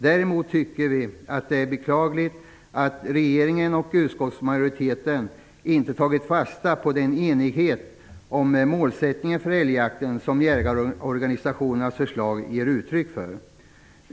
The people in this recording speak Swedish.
Däremot tycker vi att det är beklagligt att regeringen och utskottsmarjoriteten inte har tagit fasta på den enighet om målsättningen för älgjakten som jägarorganisationernas förslag ger uttryck för.